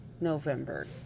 November